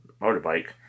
motorbike